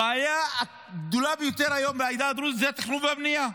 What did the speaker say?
הבעיה הגדולה ביותר היום בעדה הדרוזית זה התכנון והבנייה.